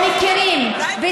כל עוד לא מכירים די כבר.